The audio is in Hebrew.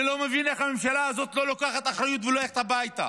אני לא מבין איך הממשלה הזאת לא לוקחת אחריות והולכת הביתה.